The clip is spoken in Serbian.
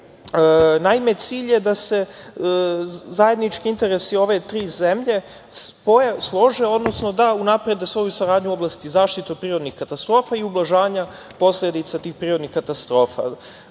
Naime, cilj je da se zajednički interesi ove tri zemlje slože, odnosno da unaprede svoju saradnju u oblasti zaštite od prirodnih katastrofa i ublažavanja posledica tih prirodnih katastrofa.